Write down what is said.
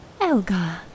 Elga